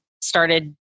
started